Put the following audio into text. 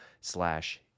slash